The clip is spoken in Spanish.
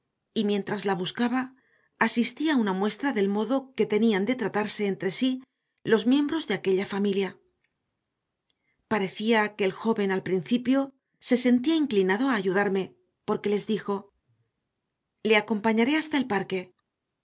y mientras la buscaba asistí a una muestra del modo que tenían de tratarse entre sí los miembros de la familia parecía que el joven al principio se sentía inclinado a ayudarme porque les dijo le acompañaré hasta el parque